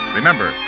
Remember